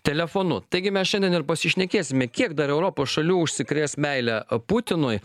telefonu taigi mes šiandien ir pasišnekėsime kiek dar europos šalių užsikrės meile putinui